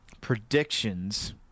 predictions